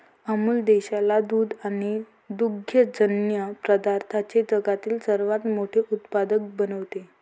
अमूल देशाला दूध आणि दुग्धजन्य पदार्थांचे जगातील सर्वात मोठे उत्पादक बनवते